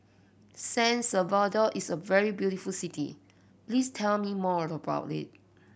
San Salvador is a very beautiful city please tell me more about it